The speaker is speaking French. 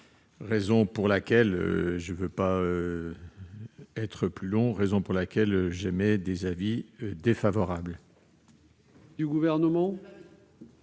raisons pour lesquelles j'émets un avis défavorable